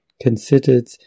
considered